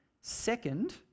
Second